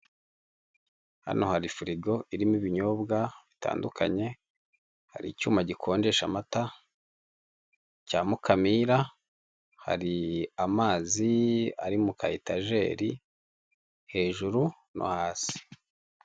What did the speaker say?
Hano hari firigo irimo ibinyobwa bitandukanye, hari icyuma gikonjesha amata cya mukamira hari amazi ari muka etajeri hejuru no hasi